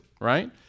Right